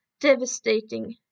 devastating